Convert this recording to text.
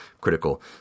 critical